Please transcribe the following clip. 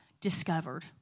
discovered